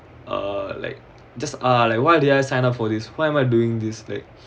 uh like just ah like why did I sign up for this why am I doing this thing